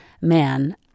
man